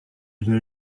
ibya